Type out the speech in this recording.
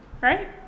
right